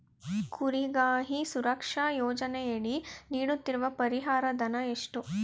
ಕುರಿಗಾಹಿ ಸುರಕ್ಷಾ ಯೋಜನೆಯಡಿ ನೀಡುತ್ತಿರುವ ಪರಿಹಾರ ಧನ ಎಷ್ಟು?